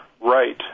right